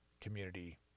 Community